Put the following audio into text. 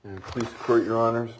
and please for your honors